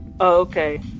okay